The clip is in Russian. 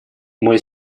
мой